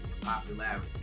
popularity